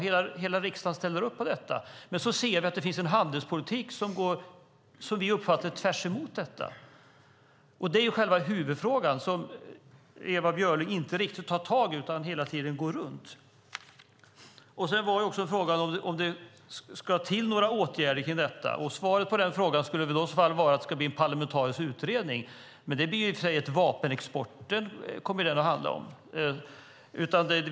Hela riksdagen ställer upp på detta. Men så ser vi att vi har en handelspolitik som vi uppfattar går tvärs emot detta. Det är själva huvudfrågan som Ewa Björling inte riktigt tar tag i utan hela tiden går runt. Jag ställde också frågan om det ska till några åtgärder för detta. Svaret på den frågan skulle i så fall vara att det skulle bli en parlamentarisk utredning. Men den kommer i och för sig att handla om vapenexporten.